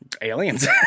Aliens